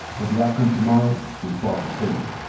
but the outcome tomorrow is far from certain.